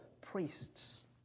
priests